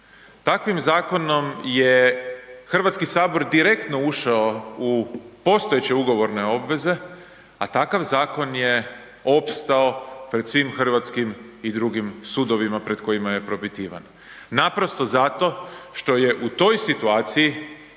takvim zakonom je Hrvatski sabor direktno ušao u postojeće ugovorne obveze, a takav zakon je opstao pred svim hrvatskim i drugim sudovima pred kojima je propitivan. Naprosto zato što je u toj situaciji